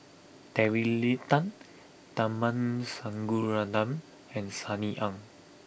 Terry Tan Tharman Shanmugaratnam and Sunny Ang